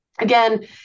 Again